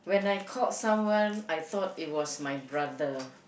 when I call someone I thought it was my brother